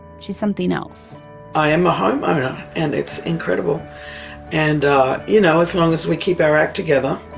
she's something else i am a homeowner and it's incredible and ah you know as long as we keep our act together,